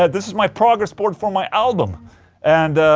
this is my progress board for my album and